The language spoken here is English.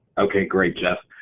okay, great, geoff.